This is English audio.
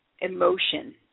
emotion